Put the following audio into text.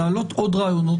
להעלות עוד רעיונות.